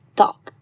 ,dog